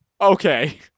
Okay